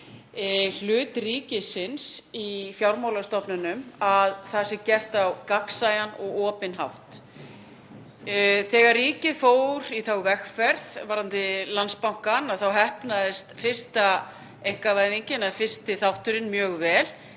hlut ríkisins í fjármálastofnunum að það sé gert á gagnsæjan og opinn hátt. Þegar ríkið fór í þá vegferð varðandi Landsbankann heppnaðist fyrsta einkavæðingin, eða fyrsti þátturinn, mjög vel.